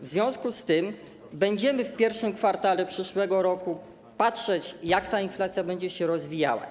W związku z tym będziemy w I kwartale przyszłego roku patrzeć, jak ta inflacja będzie się rozwijała.